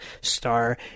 star